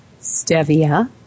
Stevia